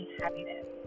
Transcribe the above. happiness